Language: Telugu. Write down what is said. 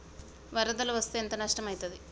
వరదలు వస్తే ఎంత నష్టం ఐతది?